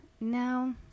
No